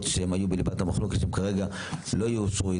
שהם היו בליבת המחלוקת שהם כרגע לא יאושרו,